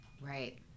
right